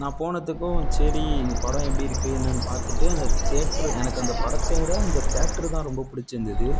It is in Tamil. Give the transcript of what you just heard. நான் போனத்துக்கும் சரி படம் எப்படி இருக்குது என்னன்னு பார்த்துட்டு அந்த தியேட்டரு எனக்கு அந்த படத்தை விட அந்த தியேட்ட்ரு தான் ரொம்ப பிடிச்சிருந்துது